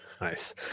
Nice